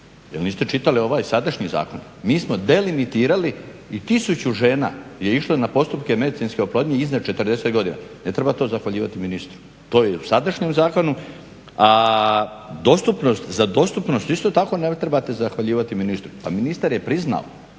Jer niste čitali ovaj sadašnji zakon. Mi smo delimitirali i tisuće žena je išlo na postupke medicinske oplodnje iznad 40 godina. Ne treba to zahvaljivati ministru. To je i u sadašnjem zakonu, a dostupnost, za dostupnost isto tako ne trebate zahvaljivati ministru. Pa ministar je priznao